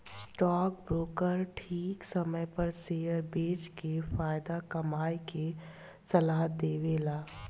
stock broker ठीक समय पर शेयर बेच के फायदा कमाये के सलाह देवेलन